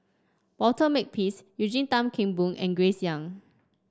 Walter Makepeace Eugene Tan Kheng Boon and Grace Young